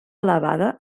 elevada